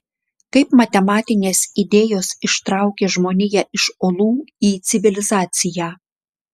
kaip matematinės idėjos ištraukė žmoniją iš olų į civilizaciją